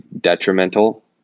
detrimental